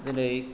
दिनै